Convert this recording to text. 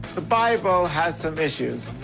the bible has some issues,